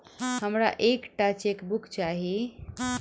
हमरा एक टा चेकबुक चाहि